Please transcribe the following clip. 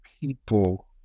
people